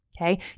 okay